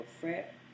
fret